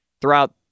throughout